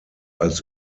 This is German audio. als